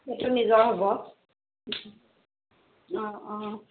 সেইটো নিজৰ হ'ব অঁ অঁ